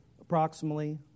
Approximately